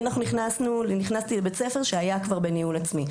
אני נכנסתי לבית ספר שהיה כבר בניהול עצמי.